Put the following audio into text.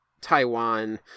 taiwan